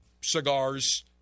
cigars